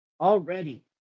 already